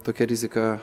tokia rizika